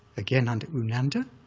again under u nanda,